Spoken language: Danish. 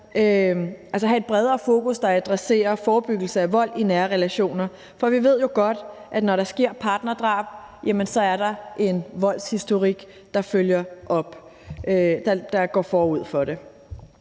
også have et bredere fokus, der adresserer forebyggelse af vold i nære relationer. For vi ved jo godt, at der, når der sker partnerdrab, så er en voldshistorik, der er gået forud for det.